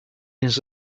his